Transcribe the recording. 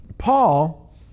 Paul